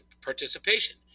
participation